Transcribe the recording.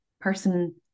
person